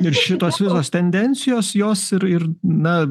ir šitos visos tendencijos jos ir ir na